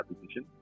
position